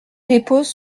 dépose